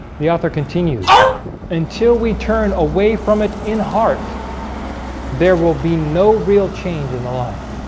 the author continues until we turn away from it in heart there will be no real change in the life